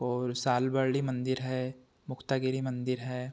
और सालवर्ली मंदिर है मुक्तागिरी मंदिर है